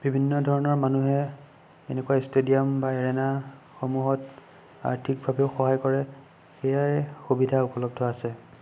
বিভিন্ন ধৰণৰ মানুহে এনেকুৱা ষ্টেডিয়াম বা এৰেনাসমূহত আৰ্থিকভাৱেও সহায় কৰে সেয়াই সুবিধা উপলব্ধ আছে